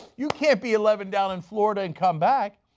you can't be eleven down in florida and come back.